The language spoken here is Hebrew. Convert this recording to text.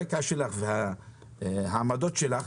הרקע שלך והעמדות שלך,